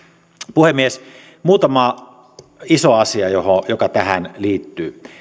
puhemies muutama iso asia joka tähän liittyy